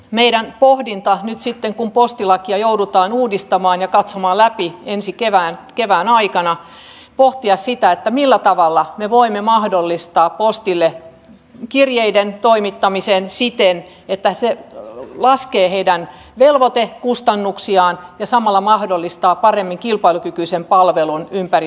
meidän pohdintamme nyt sitten kun postilakia joudutaan uudistamaan ja katsomaan läpi ensi kevään aikana on pohtia sitä millä tavalla me voimme mahdollistaa postille kirjeiden toimittamisen siten että se laskee heidän velvoitekustannuksiaan ja samalla mahdollistaa paremmin kilpailukykyisen palvelun ympäri suomea